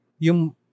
Yung